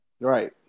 Right